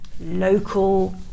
local